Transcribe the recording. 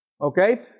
Okay